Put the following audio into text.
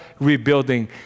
rebuilding